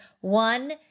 One